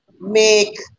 make